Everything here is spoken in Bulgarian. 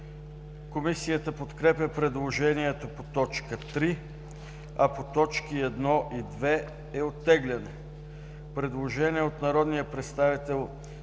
Комисията подкрепя предложението по т. 3, а по т. 1 и 2 е оттеглено. Предложение от народните представители